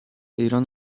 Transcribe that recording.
ایران